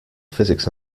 physics